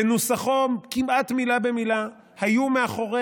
בנוסחו כמעט מילה במילה,